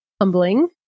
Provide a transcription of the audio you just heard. humbling